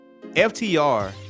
FTR